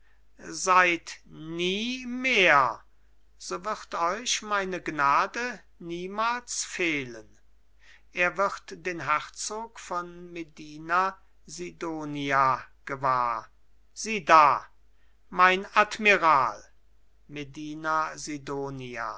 seid nie mehr so wird euch meine gnade niemals fehlen er wird den herzog von medina sidonia gewahr sieh da mein admiral medina